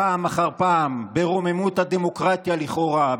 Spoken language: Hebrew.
פעם אחר פעם ברוממות הדמוקרטיה לכאורה,